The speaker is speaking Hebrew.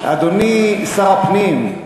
אדוני שר הפנים,